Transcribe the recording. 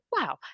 wow